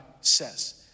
says